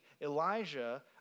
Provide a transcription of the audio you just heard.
Elijah